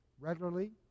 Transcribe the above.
regularly